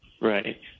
Right